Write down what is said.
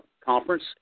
conference